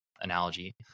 analogy